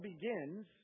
begins